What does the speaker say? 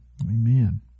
Amen